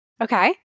Okay